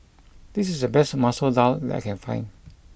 this is the best Masoor Dal that I can find